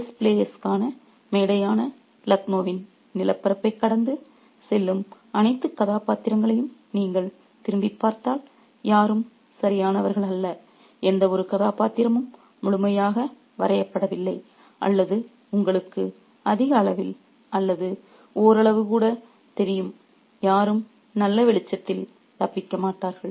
chess பிளேயர்களுக்கான மேடையான லக்னோவின் நிலப்பரப்பைக் கடந்து செல்லும் அனைத்து கதாபாத்திரங்களையும் நீங்கள் திரும்பிப் பார்த்தால் யாரும் சரியானவர்கள் அல்ல எந்தவொரு கதாபாத்திரமும் முழுமையாக வரையப்படவில்லை அல்லது உங்களுக்கு அதிக அளவில் அல்லது ஓரளவு கூட தெரியும் யாரும் நல்ல வெளிச்சத்தில் தப்பிக்க மாட்டார்கள்